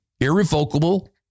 irrevocable